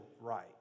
right